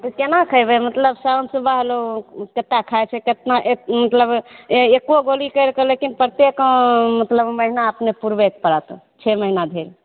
केना खेबै मतलब शाम सुबह लोक कतऽ खाइ छै केतना मतलब एगो गोली करिकऽ लेकिन ततेक मतलब महीना अपनेक पुरबेक पड़त छओ महीना धरि